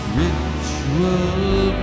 ritual